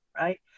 right